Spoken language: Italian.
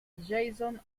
jason